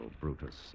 Brutus